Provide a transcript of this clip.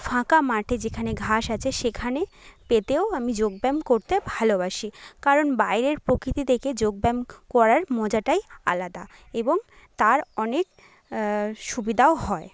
ফাঁকা মাঠে যেখানে ঘাস আছে সেখানে পেতেও আমি যোগ ব্যায়াম করতে ভালোবাসি কারণ বাইরের প্রকৃতি দেখে যোগ ব্যায়াম করার মজাটাই আলাদা এবং তার অনেক সুবিধাও হয়